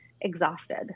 exhausted